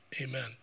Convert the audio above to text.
amen